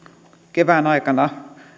kevään aikana